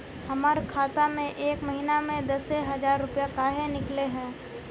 हमर खाता में एक महीना में दसे हजार रुपया काहे निकले है?